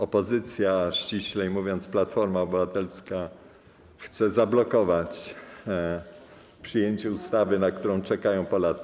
Opozycja, ściślej mówiąc: Platforma Obywatelska, chce zablokować przyjęcie ustawy, na którą czekają Polacy.